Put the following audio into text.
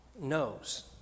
knows